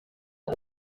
uno